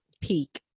peak